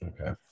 okay